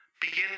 Begin